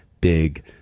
big